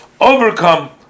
overcome